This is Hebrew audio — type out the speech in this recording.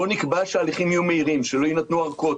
בוא נקבע שההליכים יהיו מהירים, שלא יינתנו ארכות.